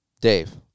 Dave